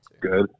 Good